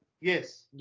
Yes